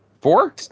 Four